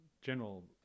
general